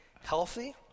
healthy